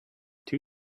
two